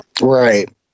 right